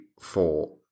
four